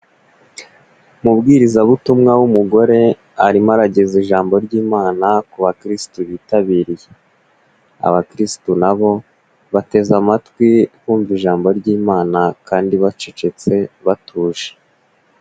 Umubwirizabutumwa w'umugore arimo arageza ijambo ry'imana ku bakirisitu bitabiriye, abakirisitu nabo bateze amatwi bumva ijambo ry'imana kandi bacecetse batuje.